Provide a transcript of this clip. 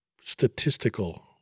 statistical